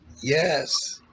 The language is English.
Yes